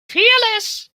fearless